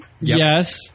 Yes